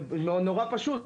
זה נורא פשוט,